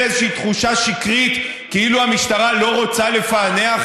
איזושהי תחושה שקרית כאילו המשטרה לא רוצה לפענח